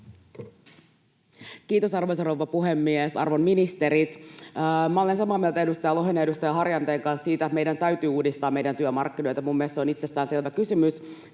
Kiitos, arvoisa rouva puhemies! Arvon ministerit, minä olen samaa mieltä edustaja Lohen ja edustaja Harjanteen kanssa siitä, että meidän täytyy uudistaa meidän työmarkkinoita. Minun mielestäni se on itsestään selvä kysymys.